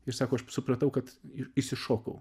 ir sako aš supratau kad išsišokau